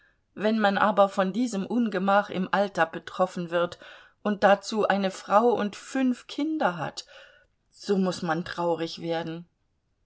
wenn man aber von diesem ungemach im alter betroffen wird und dazu eine frau und fünf kinder hat so muß man traurig werden